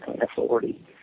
authority